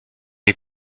est